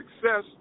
success